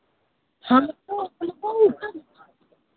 हमको हमको वो सब